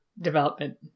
development